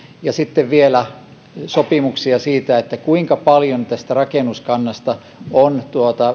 ja sitten vielä tehdään sopimuksia siitä kuinka paljon rakennuskannasta on